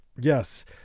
Yes